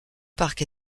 parc